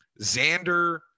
Xander